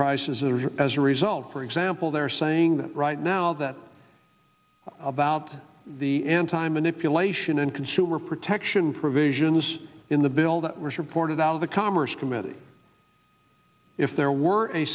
prices or as a result for example they're saying that right now that about the anti manipulation and consumer protection provisions in the bill that was reported out of the commerce committee if there were a